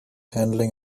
handling